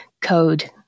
code